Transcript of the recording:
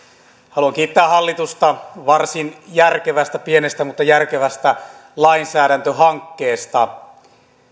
haluan kiittää hallitusta varsin järkevästä pienestä mutta järkevästä lainsäädäntöhankkeesta